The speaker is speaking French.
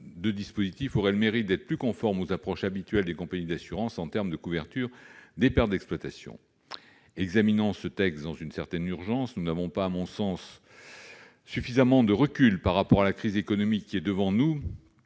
aurait par ailleurs le mérite d'être plus conforme aux approches habituelles des compagnies d'assurance en termes de couverture des pertes d'exploitation. Examinant ce texte dans une certaine urgence, nous n'avons pas, à mon sens, suffisamment de recul sur la crise économique qui s'annonce,